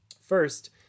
First